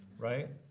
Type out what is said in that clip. right,